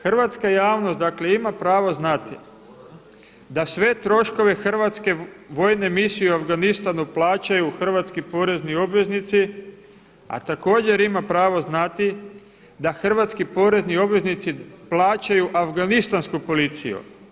Hrvatska javnost dakle ima pravo znati da sve troškove hrvatske vojne misije u Afganistanu plaćaju hrvatski porezni obveznici a također ima pravo znati da hrvatski porezni obveznici plaćaju afganistansku policiju.